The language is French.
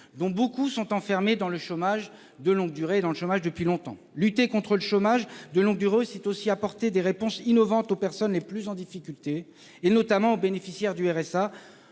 dont beaucoup sont enfermés dans le chômage de longue durée depuis longtemps. Lutter contre le chômage de longue durée, c'est aussi apporter des réponses innovantes aux personnes les plus en difficulté, notamment les bénéficiaires du RSA.